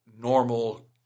normal